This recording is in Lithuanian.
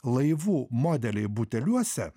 laivų modeliai buteliuose